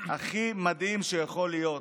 הכי מדהים שיכול להיות.